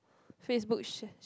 Facebook share